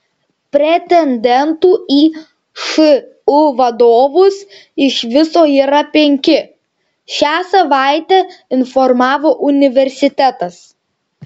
pretendentų į šu vadovus iš viso yra penki šią savaitę informavo universitetas